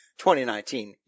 2019